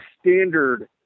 standard